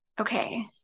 okay